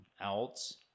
else